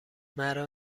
مرا